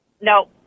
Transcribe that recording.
No